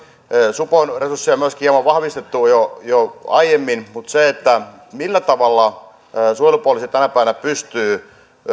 supon resursseja on hieman vahvistettu jo jo aiemmin mutta millä tavalla suojelupoliisi tänä päivänä pystyy